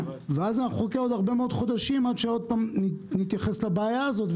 אז אנחנו נחכה עוד הרבה מאוד חודשים עד שעוד פעם נתייחס לבעיה הזאת,